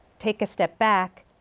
take a step back,